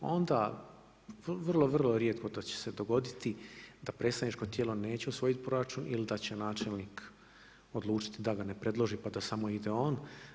Onda, vrlo, vrlo rijetko to će se dogoditi da predstavničko tijelo neće usvojiti proračun ili da će načelnik odlučiti da ga ne predloži pa da samo ide on.